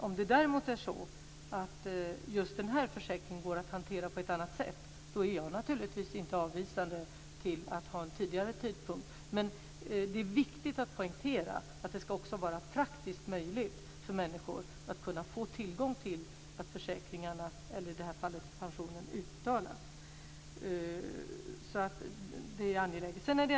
Om det däremot är så att just denna försäkring går att hantera på ett annat sätt är jag naturligtvis inte avvisande till att ha en tidigare tidpunkt. Men det är viktigt att poängtera att det också ska vara praktiskt möjligt för människor att få försäkringarna, eller i detta fall pensionen, utbetalda.